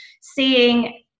seeing